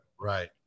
Right